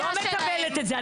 לא מקבלת את זה.